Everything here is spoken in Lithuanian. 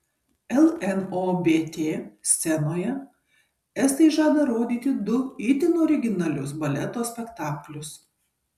lnobt scenoje estai žada rodyti du itin originalius baleto spektaklius